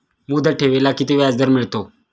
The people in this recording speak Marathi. मुदत ठेवीला किती व्याजदर मिळतो?